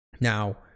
Now